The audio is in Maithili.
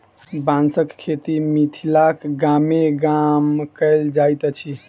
बाँसक खेती मिथिलाक गामे गाम कयल जाइत अछि